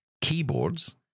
keyboards